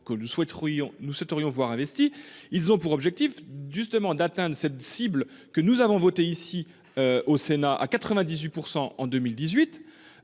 nous souhaiterions voir investi ils ont pour objectif de justement d'atteindre cette cible que nous avons voté ici au Sénat à 98% en 2018.